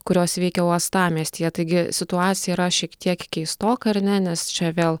kurios veikia uostamiestyje taigi situacija yra šiek tiek keistoka ar ne nes čia vėl